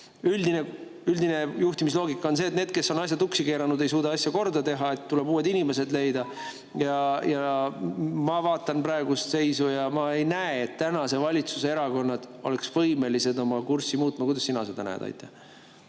Üldine juhtimisloogika on see, et need, kes on asja tuksi keeranud, ei suuda asja korda teha, vaid tuleb uued inimesed leida. Ma vaatan praegust seisu ja ma ei näe, et tänased valitsuserakonnad oleksid võimelised oma kurssi muutma. Kuidas sina seda näed?